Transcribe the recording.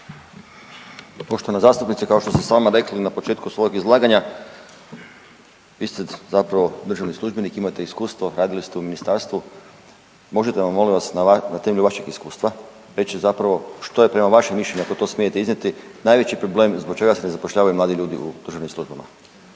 Poštovana zastupnice kao što ste sama rekli na početku svojeg izlaganja vi ste zapravo državni službenik, imate iskustvo, radili ste u ministarstvu. Možete li nam molim vas na temelju vašeg iskustva reći zapravo što je prema vašem mišljenju ako to smijete iznijeti najveći problem zašto se ne zapošljavaju mladi ljudi u državnim službama?